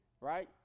right